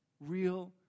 real